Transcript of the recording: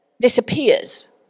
disappears